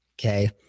Okay